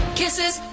kisses